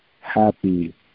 happy